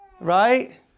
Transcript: Right